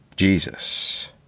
Jesus